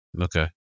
Okay